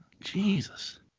Jesus